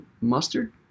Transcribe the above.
mustard